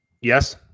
Yes